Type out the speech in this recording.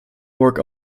work